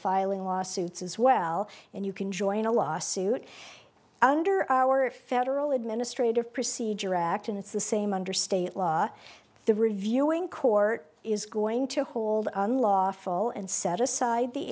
filing lawsuits as well and you can join a lawsuit under our federal administrative procedure act and it's the same under state law the reviewing court is going to hold unlawful and set aside the